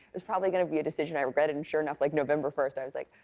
was probably gonna be a decision i regretted. and sure enough, like november first i was like,